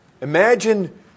imagine